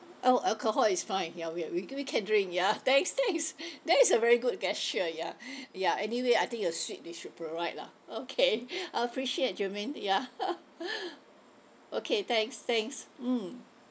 oh alcohol is fine ya we're we we can drink ya thanks thanks that is a very good gesture ya ya anyway I think a suite they should provide lah okay appreciate jermaine ya okay thanks thanks mm